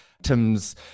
tim's